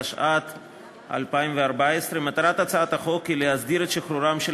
התשע"ד 2014. מטרת הצעת החוק היא להסדיר את שחרורם של